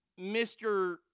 Mr